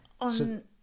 On